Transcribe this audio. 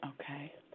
Okay